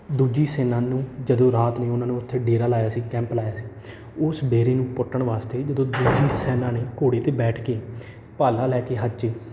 ਦੂਜੀ ਸੈਨਾ ਨੂੰ ਜਦੋਂ ਰਾਤ ਨੇ ਉਹਨਾਂ ਨੂੰ ਉੱਥੇ ਡੇਰਾ ਲਾਇਆ ਸੀ ਕੈਂਪ ਲਾਇਆ ਸੀ ਉਸ ਡੇਰੇ ਨੂੰ ਪੁੱਟਣ ਵਾਸਤੇ ਜਦੋਂ ਦੂਜੀ ਸੈਨਾ ਨੇ ਘੋੜੇ 'ਤੇ ਬੈਠ ਕੇ ਪਾਲਾ ਲੈ ਕੇ ਹੱਥ 'ਚ